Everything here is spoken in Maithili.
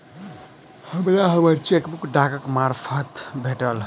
हमरा हम्मर चेकबुक डाकक मार्फत भेटल